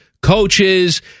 coaches